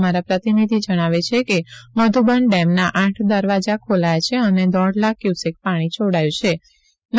અમારા પ્રતિનિધિ જણાવે છે કે મધુબન ડેમના આઠ દરવાજા ખોલાયા છે અને દોઢ લાખ ક્યુસેક પાણી છોડાયું હતું